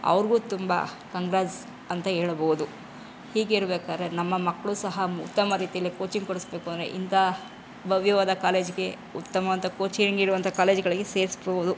ಅವ್ರಿಗೂ ತುಂಬ ಕಂಗ್ರಾಟ್ಸ್ ಅಂತ ಹೇಳ್ಬೋದು ಹೀಗಿರ್ಬೇಕಾದ್ರೆ ನಮ್ಮ ಮಕ್ಕಳು ಸಹ ಉತ್ತಮ ರೀತಿಯಲ್ಲಿ ಕೋಚಿಂಗ್ ಕೊಡಿಸಬೇಕು ಅಂದರೆ ಇಂತಹ ಭವ್ಯವಾದ ಕಾಲೇಜಿಗೆ ಉತ್ತಮವಾದ ಕೋಚಿಂಗ್ ಇರುವಂತಹ ಕಾಲೇಜುಗಳಿಗೆ ಸೇರಿಸ್ಬೋದು